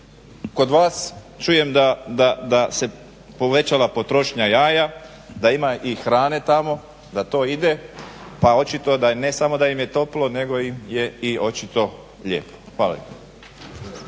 Kod vas čujem da se povećala potrošnja jaja, da ima i hrane tamo, da to ide. Pa očito ne samo da im je toplo nego im je i očito lijepo. Hvala